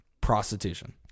prostitution